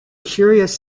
curious